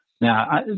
Now